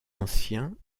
anciens